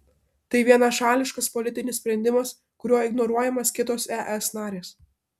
tai vienašališkas politinis sprendimas kuriuo ignoruojamos kitos es narės